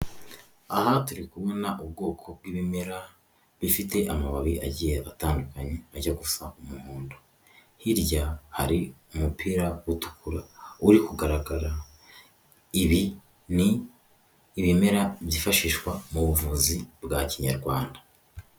Aha turi kubona ubwoko bw'ibimera, bifite amababi agiye atandukanye, ajya gusa gusa umuhondo. Hirya hari umupira utukura, uri kugaragara. Ibi ni ibimera byifashishwa mu buvuzi bwa kinyarwanda.